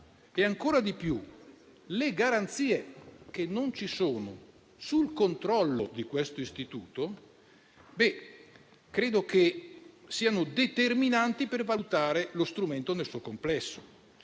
e, ancora di più, le garanzie che non ci sono sul controllo di questo istituto credo che siano determinanti per valutare lo strumento nel suo complesso.